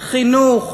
חינוך.